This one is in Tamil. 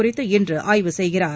குறித்து இன்று ஆய்வு செய்கிறார்